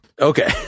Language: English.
Okay